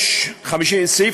סעיף